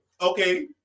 Okay